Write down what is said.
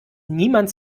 niemand